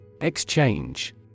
EXCHANGE